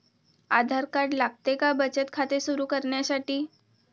आधार card लागते का बचत खाते सुरू करण्यासाठी?